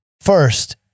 first